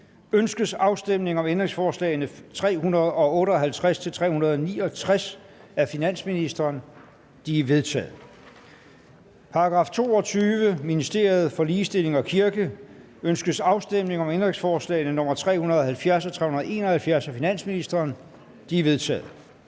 Ønskes afstemning om ændringsforslag nr. 358-369 af finansministeren? De er vedtaget. Kl. 18:45 Til § 22. Ministeriet for Ligestilling og Kirke. Ønskes afstemning om ændringsforslag nr. 370 og 371 af finansministeren? De er vedtaget.